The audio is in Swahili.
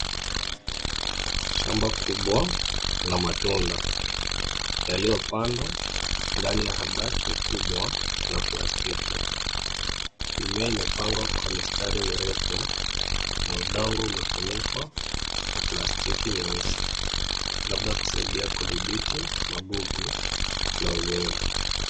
Shamba kubwa la matunda yaliyopandwa ndani ya hadaki kubwa la plastiki. Mimea imepandwa kwa mistari mirefu na udongo umefunikwa kwa plastiki nyeusi labda kusaidia kudhibiti magugu na unyevu.